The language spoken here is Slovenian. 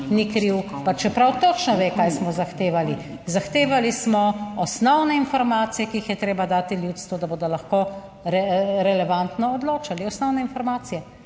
ni kriv, pa čeprav točno ve, kaj smo zahtevali. Zahtevali smo osnovne informacije, ki jih je treba dati ljudstvu, da bodo lahko relevantno odločali, osnovne informacije,